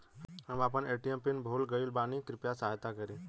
हम आपन ATM PIN भूल गईल बानी कृपया सहायता करी